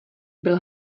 byl